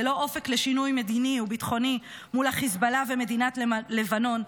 ללא אופק לשינוי מדיני וביטחוני מול חיזבאללה ומדינת לבנון,